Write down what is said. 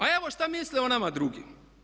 A evo što misle o nama drugi.